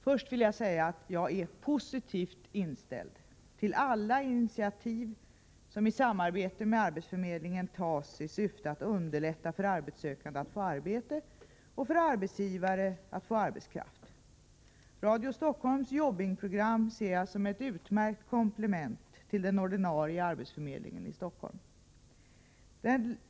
Först vill jag säga att jag är positivt inställd till alla initiativ som i samarbete med arbetsförmedlingen tas i syfte att underlätta för arbetssökande att få arbete och för arbetsgivare att få arbetskraft. Radio Stockholms program Jobbing ser jag som ett utmärkt komplement till den ordinarie arbetsförmedlingen i Stockholm.